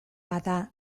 bada